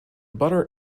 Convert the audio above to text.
butter